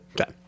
okay